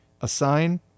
assign